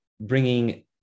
bringing